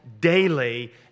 daily